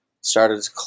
started